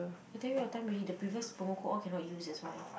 I tell you what time already the previous promo code all cannot use that's why